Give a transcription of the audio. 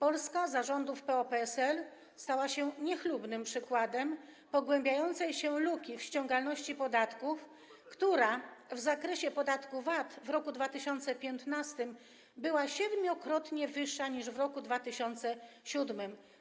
Polska za rządów PO-PSL stała się niechlubnym przykładem pogłębiającej się luki w ściągalności podatków, która w zakresie podatku VAT w roku 2015 była 7-krotnie wyższa niż w roku 2007.